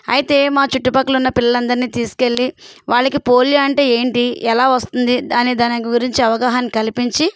అయితే మా చుట్టుపక్కల ఉన్న పిల్లలందరినీ తీసుకెళ్ళి వాళ్ళకి పోలియో అంటే ఏంటి ఎలా వస్తుంది దాని దాని గురించి అవగాహన కల్పించి